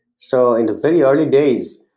so in the very early days,